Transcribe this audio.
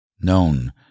Known